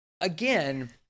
again